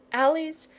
alleys,